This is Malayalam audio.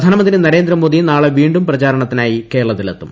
പ്രധാനമന്ത്രി ന്ത്രേന്ദമോദി നാളെ വീ ും പ്രചാരണത്തിനായി കേരളത്തിലെത്തും